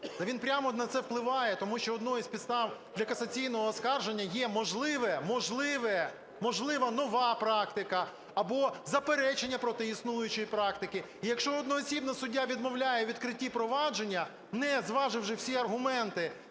Він прямо на це впливає, тому що однією з підстав для касаційного оскарження є можливе, можливо, нова практика або заперечення проти існуючої практики. І якщо одноосібно суддя відмовляє у відкритті провадження, не зваживши всі аргументи,